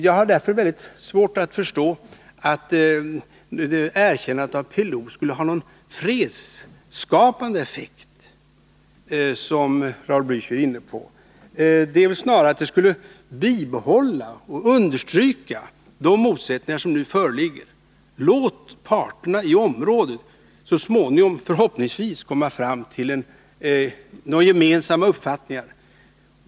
Jag har därför mycket svårt att förstå att erkännandet av PLO skulle ha någon fredsskapande effekt, som Raul Blächer var inne på. Det skulle väl snarare bibehålla och understryka de motsättningar som nu föreligger. Låt parterna i området så småningom — förhoppningsvis — komma fram till gemensamma uppfattningar!